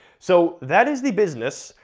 so that is the business,